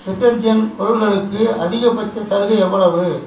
detergent பொருட்களுக்கு அதிகபட்ச சலுகை எவ்வளவு